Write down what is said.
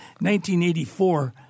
1984